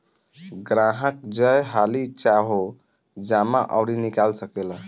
ग्राहक जय हाली चाहो जमा अउर निकाल सकेला